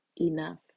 enough